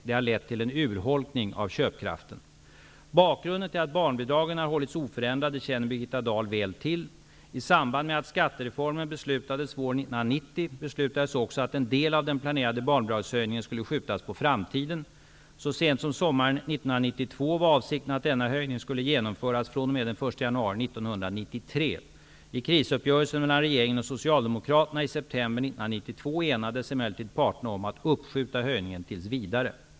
Det har lett till en urholkning av köpkraften. Bakgrunden till att barnbidragen har hållits oförändrade känner Birgitta Dahl väl till. I 1990 beslutades också att en del av den planerade barnbidragshöjningnen skulle skjutas på framtiden. Så sent som sommaren 1992 var avsikten att denna höjning skulle genomföras fr.o.m. den 1 januari 1993. I krisuppgörelsen mellan regeringen och Socialdemokraterna i september 1992 enades emellertid parterna om att uppskjuta höjningen tills vidare.